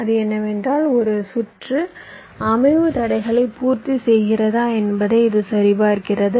அது என்னவென்றால் ஒரு சுற்று அமைவு தடைகளை பூர்த்திசெய்கிறதா என்பதை இது சரிபார்க்கிறது